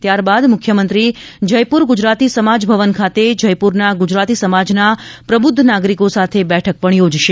ત્યારબાદ મુખ્યમંત્રી જયપુર ગુજરાતી સમાજ ભવન ખાતે જયપુરના ગુજરાતી સમાજના પ્રબુદ્ધ નાગરિકો સાથે બેઠક પણ યોજશે